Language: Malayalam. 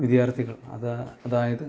വിദ്യാർത്ഥികൾ അതാ അതായത്